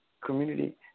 community